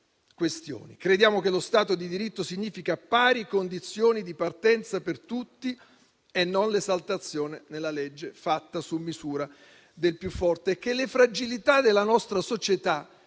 Crediamo che lo Stato di diritto significhi pari condizioni di partenza per tutti e non l'esaltazione, nella legge fatta su misura, del più forte; e che le fragilità della nostra società